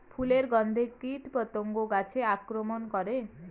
ফুলের গণ্ধে কীটপতঙ্গ গাছে আক্রমণ করে?